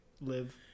live